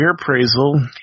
appraisal